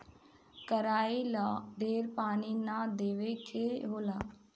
कराई ला ढेर पानी ना देवे के होला